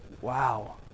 wow